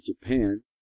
Japan